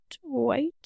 white